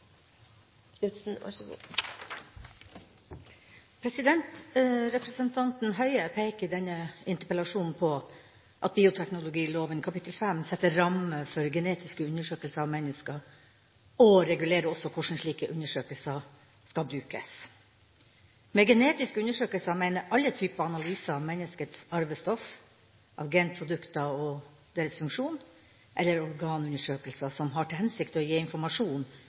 regulerer også hvordan slike undersøkelser skal brukes. Med genetiske undersøkelser menes alle typer analyser av menneskets arvestoff, av genprodukter og deres funksjon eller organundersøkelser som har til hensikt å gi informasjon